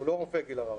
הוא לא רופא, גיל הררי.